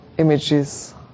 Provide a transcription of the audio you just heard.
images